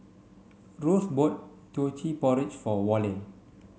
Rose bought Teochew Porridge for Worley